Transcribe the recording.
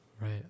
Right